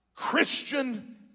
Christian